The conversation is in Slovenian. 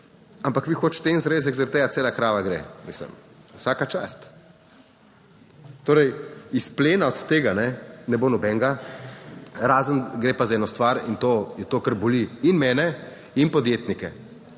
ampak vi hočete en zrezek in zaradi tega cela krava gre. Mislim, vsaka čast! Torej, izplena od tega ne bo nobenega. Razen, gre pa za eno stvar - in to je to, kar boli mene in podjetnike